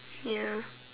ya